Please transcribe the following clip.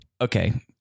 Okay